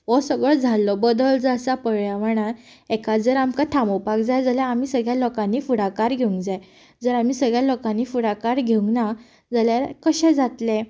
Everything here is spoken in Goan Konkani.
हो सगळो जाल्लो बदल जो आसा पर्यावरणांत हेका जर आमकां तांबोवपाक जाय जाल्यार आमी सगळ्या लोकांनी फुडाकार घेवूंक जाय जर आमी सगळ्या लोकांनी फुडाकार घेवूंक ना जाल्यार कशें जातलें